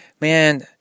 man